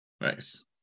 Nice